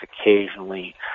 occasionally